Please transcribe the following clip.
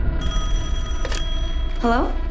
hello